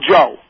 Joe